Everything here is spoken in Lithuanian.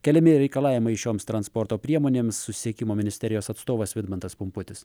keliami reikalavimai šioms transporto priemonėms susisiekimo ministerijos atstovas vidmantas pumputis